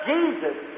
Jesus